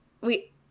We-